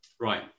right